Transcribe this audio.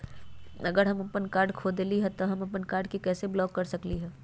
अगर हम अपन कार्ड खो देली ह त हम अपन कार्ड के कैसे ब्लॉक कर सकली ह?